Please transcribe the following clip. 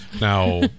Now